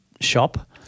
shop